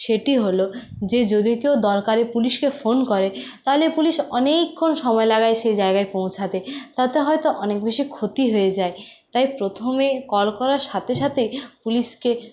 সেটি হল যে যদি কেউ দরকারে পুলিশকে ফোন করে তাহলে পুলিশ অনেকক্ষণ সময় লাগায় সে জায়গায় পৌঁছাতে তাতে হয়তো অনেক বেশি ক্ষতি হয়ে যায় তাই প্রথমে কল করার সাথে সাথেই পুলিশকে